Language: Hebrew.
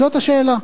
זאת השאלה.